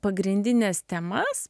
pagrindines temas